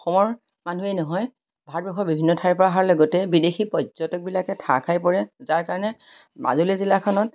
অসমৰ মানুহেই নহয় ভাৰতবৰ্ষৰ বিভিন্ন ঠাইৰ পৰা অহাৰ লগতে বিদেশী পৰ্যটকবিলাকে ঠাহ খাই পৰে যাৰ কাৰণে মাজুলী জিলাখনত